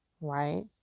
right